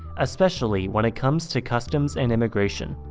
especially when it comes to customs and immigration.